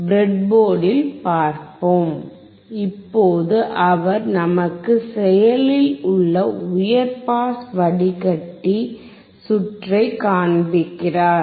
ப்ரெட்போர்டில் பார்ப்போம் இப்போது அவர் நமக்கு செயலில் உள்ள உயர் பாஸ் வடிகட்டி சுற்றை காண்பிக்கிறார்